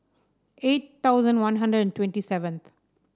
eight thousand One Hundred twenty seventh